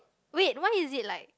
wait why is it like